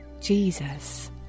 jesus